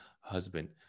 husband